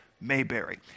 Mayberry